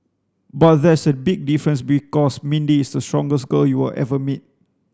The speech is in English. but there's a big difference because Mindy is the strongest girl you will ever meet